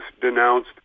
denounced